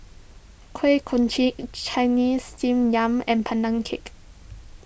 Kuih Kochi Chinese Steamed Yam and Pandan Cake